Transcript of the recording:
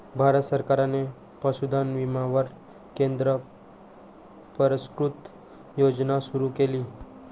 भारत सरकारने पशुधन विम्यावर केंद्र पुरस्कृत योजना सुरू केली